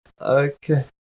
okay